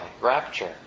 rapture